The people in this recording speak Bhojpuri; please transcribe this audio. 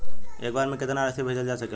एक बार में केतना राशि भेजल जा सकेला?